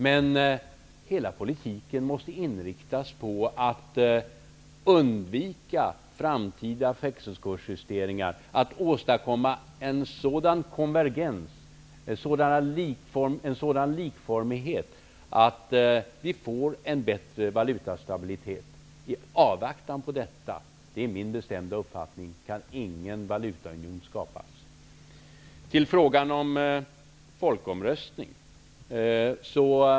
Men hela politiken måste inriktas på att undvika framtida växelkursjusteringar och på att åstadkomma en sådan konvergens, en sådan likformighet att det blir en bättre valutastabilitet. I avvaktan på detta kan ingen valutaunion skapas. Det är min bestämda uppfattning.